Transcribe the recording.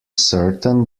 certain